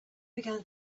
began